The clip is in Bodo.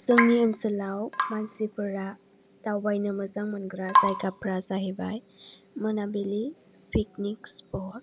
जोंनि ओनसोलाव मानसिफोरा दावबायनो मोजां मोनग्रा जायगाफोरा जाहैबाय मोनाबिलि पिकनिक स्पट